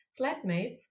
flatmates